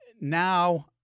Now